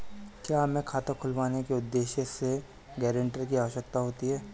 क्या हमें खाता खुलवाने के उद्देश्य से गैरेंटर की आवश्यकता होती है?